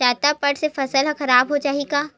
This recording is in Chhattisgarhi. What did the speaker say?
जादा बाढ़ से फसल ह खराब हो जाहि का?